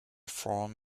form